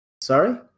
Sorry